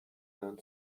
learn